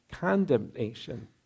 condemnation